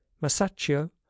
masaccio